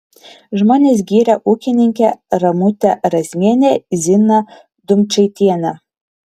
žmonės giria ūkininkę ramutę razmienę ziną dumčaitienę